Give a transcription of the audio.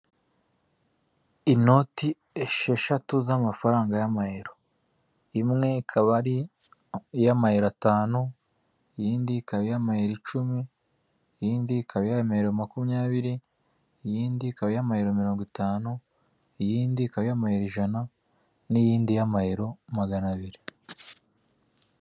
Inoti esheshatu z'amafaranga y'amayero, imwe ikaba ari iy'amayero atanu, iy'indi ikaba y'amayero icumi, iy'indi ikaba iy'amayero makumyabiri, iy'indi ikaba iy'amayero mirongo itanu, iy'indi ikaba iy'amayero ijana n'iyindi y'amayero magana abiri.